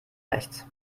rechts